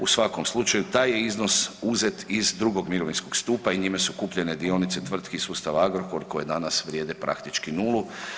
U svakom slučaju taj je iznos uzet iz drugog mirovinskog stupa i njime su kupljene dionice tvrtki iz sustava Agrokor koje danas vrijede praktički nulu.